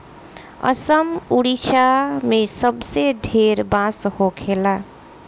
असम, ओडिसा मे सबसे ढेर बांस होखेला